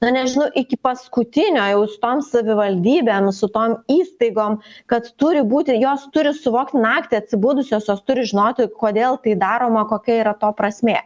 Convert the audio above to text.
na nežinau iki paskutinio jau su tom savivaldybėm su tom įstaigom kad turi būti jos turi suvokti naktį atsibudusios jos turi žinoti kodėl tai daroma kokia yra to prasmė